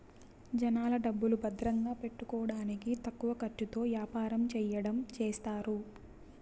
జనాల డబ్బులు భద్రంగా పెట్టుకోడానికి తక్కువ ఖర్చుతో యాపారం చెయ్యడం చేస్తారు